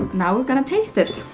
now gonna taste it